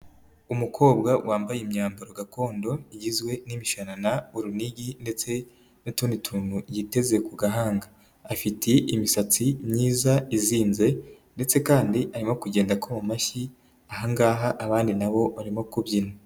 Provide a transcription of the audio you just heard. Umukobwa wambaye imyambaro gakondo, igizwe n'imishanana, urunigi ndetse n'utundi tuntu yiteze ku gahanga. Afite imisatsi myiza izinze ndetse kandi arimo kugenda akoma amashyi, aha ngaha abandi nabo barimo kubyina.